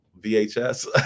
VHS